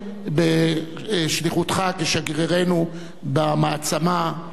בשליחותך, כשגרירנו במעצמה סין.